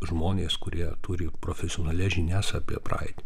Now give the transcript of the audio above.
žmonės kurie turi profesionalias žinias apie praeitį